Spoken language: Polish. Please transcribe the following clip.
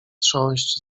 trząść